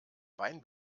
wein